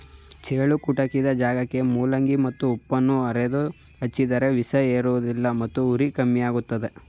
ಚೇಳು ಕುಟುಕಿದ ಜಾಗಕ್ಕೆ ಮೂಲಂಗಿ ಮತ್ತು ಉಪ್ಪನ್ನು ಅರೆದು ಹಚ್ಚಿದರೆ ವಿಷ ಏರುವುದಿಲ್ಲ ಮತ್ತು ಉರಿ ಕಮ್ಮಿಯಾಗ್ತದೆ